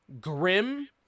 grim